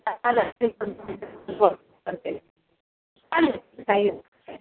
हो करते काही हरकत नाही